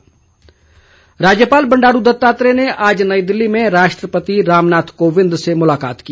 भेंट राज्यपाल बंडारू दत्तात्रेय ने आज नई दिल्ली में राष्ट्रपति रामनाथ कोविंद से मुलाकात की